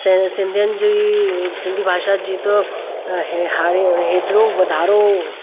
सिंधियुनि जी सिंधी भाषा जी त हेतिरो वाधारो